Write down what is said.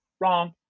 wrong